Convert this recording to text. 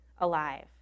alive